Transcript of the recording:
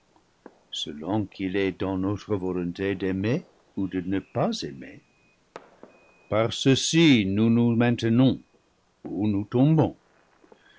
selon qu'il est dans notre volonté d'aimer ou de ne pas aimer livre v par ceci nous nous maintenons ou nous tombons